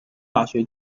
大学